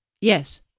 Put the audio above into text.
yes